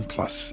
Plus